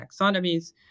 taxonomies